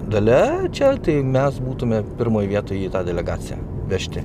dalia čia tai mes būtume pirmoj vietoj į tą delegaciją vežti